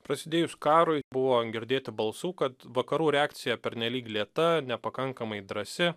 prasidėjus karui buvo girdėti balsų kad vakarų reakcija pernelyg lėta nepakankamai drąsi